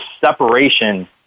separation